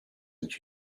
and